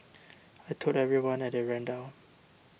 I told everyone and they ran down